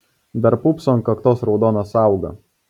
dar pūpso ant kaktos raudona sąauga